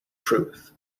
truth